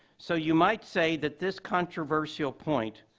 so you might say that this controversial point,